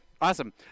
awesome